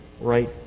right